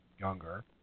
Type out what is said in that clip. younger